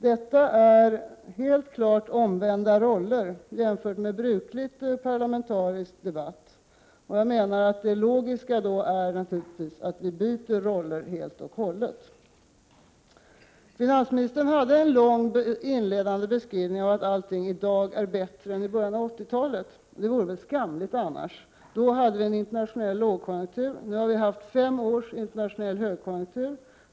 Detta är helt klart omvända roller jämfört med vad som är brukligt i parlamentarisk debatt. Jag menar att det logiska då är att vi byter roller helt och hållet. Finansministern gjorde en lång inledande beskrivning som innebar att allting i dag är bättre än i början av 80-talet. Det vore väl skamligt annars. Då hade vi en internationell lågkonjunktur, nu har vi haft fem års internationell högkonjunktur.